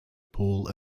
paul